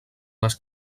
les